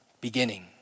beginning